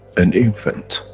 an infant,